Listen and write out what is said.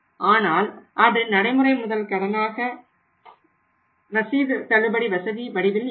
ஆனால் அது நடைமுறை முதல் கடன் மற்றும் ரசீது தள்ளுபடி வசதி வடிவில் இருக்கும்